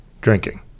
drinking